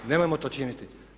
Nemojmo to činiti.